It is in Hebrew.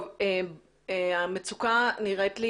טוב, המצוקה נראית לי